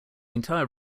entire